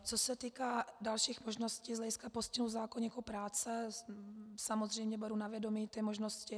Co se týká dalších možností z hlediska postihu v zákoníku práce, samozřejmě beru na vědomí ty možnosti.